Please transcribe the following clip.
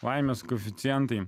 baimės koeficientai